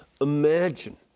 Imagine